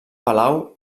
palau